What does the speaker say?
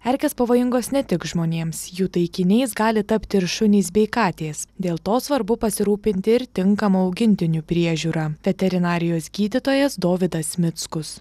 erkės pavojingos ne tik žmonėms jų taikiniais gali tapti ir šunys bei katės dėl to svarbu pasirūpinti ir tinkama augintinių priežiūra veterinarijos gydytojas dovydas mickus